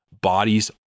bodies